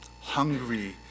hungry